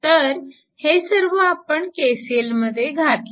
तर हे सर्व आपण KCL मध्ये घातल्या